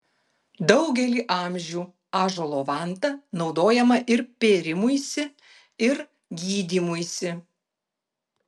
daugelį amžių ąžuolo vanta naudojama ir pėrimuisi ir gydymuisi